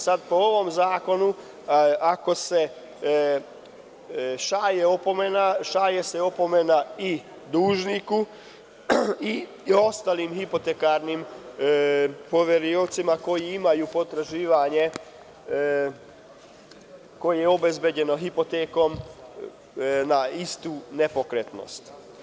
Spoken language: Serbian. Sada po ovom zakonu, ako se šalje opomena, opomena se šalje i dužniku i ostalim hipotekarnim poveriocima koji imaju potraživanje, a koje je obezbeđeno hipotekom na istu nepokretnost.